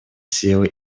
силы